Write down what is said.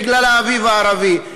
בגלל האביב הערבי,